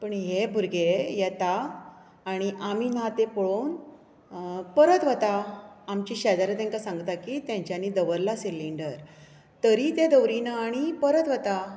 पण हे भुरगे येता आनी आमी ना ते पळोवन परत वता आमचे शेजाऱ्या तांकां सांगता की तांणी दवरला सिंलिडर तरी ते दवरीना आनी परत वता